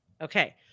Okay